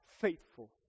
faithful